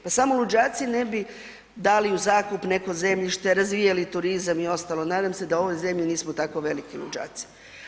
Pa samo luđaci ne bi dali u zakup neko zemljište, razvijali turizam i ostalo, nadam se da u ovoj zemlji nismo tako veliki luđaci.